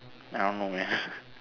I don't know man